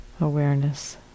awareness